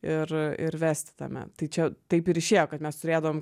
ir ir vesti tame tai čia taip išėjo kad mes turėdavom